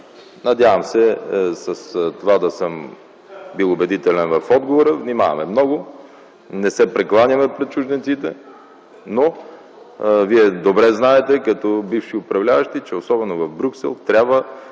Надявам се с това да съм бил убедителен в отговора. Внимаваме много. Не се прекланяме пред чужденците. Вие добре знаете като бивши управляващи, че особено в Брюксел, трябва